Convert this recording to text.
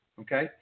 okay